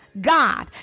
God